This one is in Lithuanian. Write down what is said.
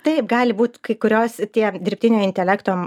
taip gali būt kai kurios tie dirbtinio intelekto